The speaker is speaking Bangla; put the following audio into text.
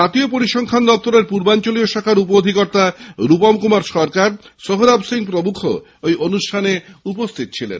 জাতীয় পরিসংখ্যান দপ্তরের পূর্বাঞ্চলীয় শাখার উপ অধিকর্তা রূপম কুমার সরকার সোহরব সিং প্রমুখ এই অনুষ্ঠানে উপস্থিত ছিলেন